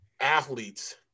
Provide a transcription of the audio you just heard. athletes